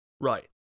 Right